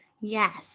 Yes